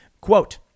Quote